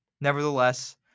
nevertheless